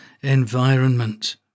environment